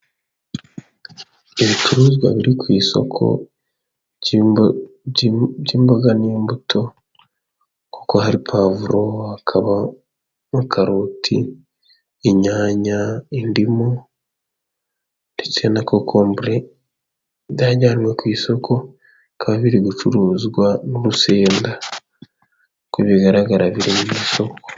Ibicuruzwa biri ku isoko, by'imboga n'imbuto. Kuko hari: pavuro, hakaba na karoti, inyanya, indimu, ndetse na kokombure. Byajyanwe ku isoko, bikaba biri gucuruzwa n'urusenda, uko bigaragara biri mu isoko.